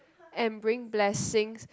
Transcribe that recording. and bringing blessings